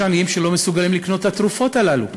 יש עניים שלא מסוגלים לקנות את התרופות הללו.